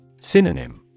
Synonym